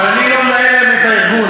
אבל אני לא מנהל את הארגון.